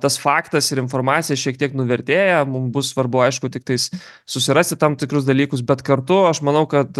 tas faktas ir informacija šiek tiek nuvertėja mum bus svarbu aišku tiktais susirasti tam tikrus dalykus bet kartu aš manau kad